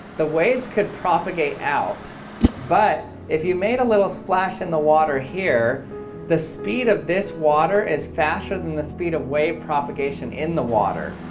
the waves can propagate out but if you made a little splash in the water here the speed of this water is faster than the speed of wave propagation in the water.